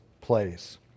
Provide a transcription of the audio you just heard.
place